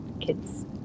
kids